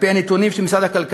על-פי הנתונים של משרד הכלכלה,